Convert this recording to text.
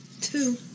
two